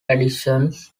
editions